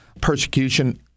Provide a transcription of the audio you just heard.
persecution